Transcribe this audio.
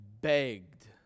begged